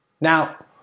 Now